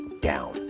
down